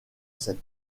sets